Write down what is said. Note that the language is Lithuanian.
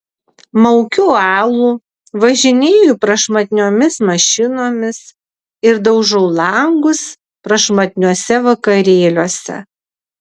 maukiu alų važinėju prašmatniomis mašinomis ir daužau langus prašmatniuose vakarėliuose